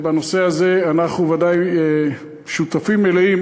בנושא הזה אנחנו ודאי שותפים מלאים.